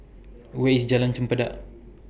Where IS Jalan Chempedak